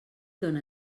dóna